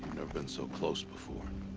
been so close before.